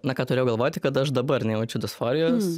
na ką turėjau galvoj tai kad aš dabar nejaučiu disforijos